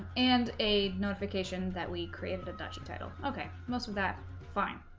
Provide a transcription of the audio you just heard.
and a notification that we created a duchy title okay most of that fine